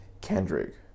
Kendrick